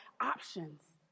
options